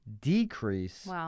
decrease